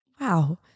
wow